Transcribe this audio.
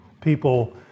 people